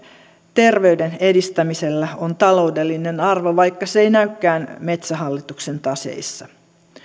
terveyden edistämisellä on taloudellinen arvo vaikka se ei näykään metsähallituksen taseissa